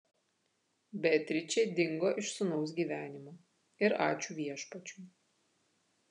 beatričė dingo iš sūnaus gyvenimo ir ačiū viešpačiui